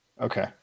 Okay